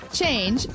change